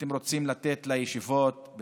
אתם רוצים לתת לישיבות?